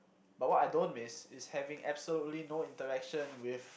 but what I don't miss is having absolutely no interaction with